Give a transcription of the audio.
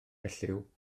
elliw